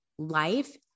life